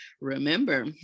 remember